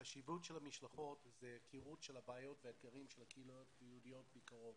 החשיבות של המשלחות היא הכרות של הבעיות והכרות הקהילות היהודיות מקרוב.